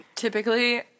Typically